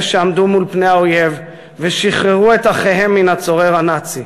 אלה שעמדו מול פני האויב ושחררו את אחיהם מן הצורר הנאצי.